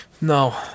No